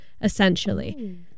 essentially